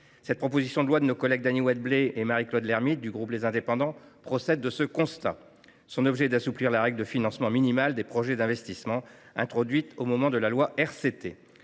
Cette proposition de loi de nos collègues Dany Wattebled et Marie Claude Lermytte, du groupe Les Indépendants, procède de ce constat. Son objet est d’assouplir la règle de financement minimale des projets d’investissement introduite au moment de la loi RCT.